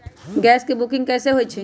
Gas के booking कैसे होईछई?